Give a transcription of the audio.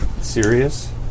serious